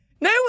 No